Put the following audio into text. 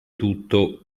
tutto